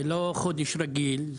זה לא חודש רגיל.